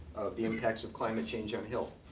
of the impacts of climate change um health.